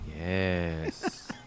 Yes